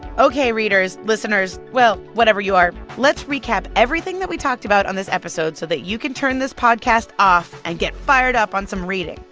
ok, readers, listeners well, whatever you are let's recap everything that we talked about on this episode so that you can turn this podcast off and get fired up on some reading,